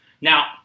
Now